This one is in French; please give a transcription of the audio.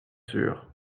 sûr